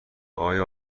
آیا